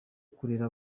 kurera